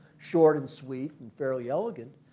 short and sweet and fairly elegant,